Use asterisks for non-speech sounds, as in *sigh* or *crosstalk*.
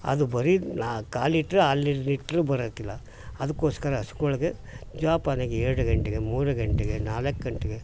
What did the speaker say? ಅದು ಬರೀ ನಾ ಕಾಲಿಟ್ಟರೆ *unintelligible* ಲೀಟ್ರು ಬರಾಕಿಲ್ಲ ಅದಕ್ಕೋಸ್ಕರ ಹಸುಗಳ್ಗೆ ಜೋಪಾನಾಗ್ ಎರಡು ಗಂಟೆಗೆ ಮೂರು ಗಂಟೆಗೆ ನಾಲ್ಕು ಗಂಟೆಗೆ